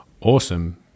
Awesome